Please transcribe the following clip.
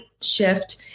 shift